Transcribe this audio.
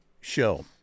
show